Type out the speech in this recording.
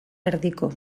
erdiko